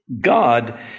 God